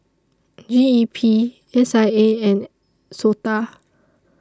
G E P S I A and Sota